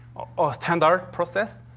ah standard process.